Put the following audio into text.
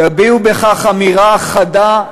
תביעו בכך אמירה חדה,